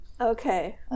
okay